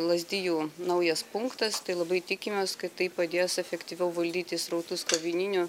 lazdijų naujas punktas tai labai tikimės kad tai padės efektyviau valdyti srautus krovininio